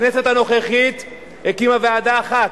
הכנסת הנוכחית הקימה ועדה אחת,